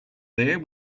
there